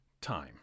time